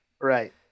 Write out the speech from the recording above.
Right